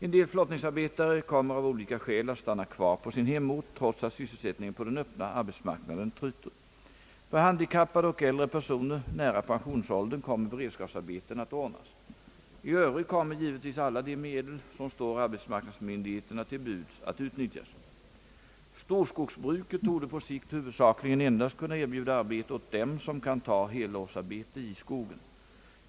En del flottningsarbetare kommer av olika skäl att stanna kvar på sin hemort trots att sysselsättningen på den öppna arbetsmarknaden tryter. För handikappade och äldre personer nära pensionsåldern kommer beredskapsarbeten att ordnas. I övrigt kommer givetvis alla de medel som står arbetsmarknadsmyndigheterna till buds att utnyttjas. Storskogsbruket torde på sikt huvudsakligen endast kunna erbjuda arbete åt dem som kan ta helårsarbete i skogen.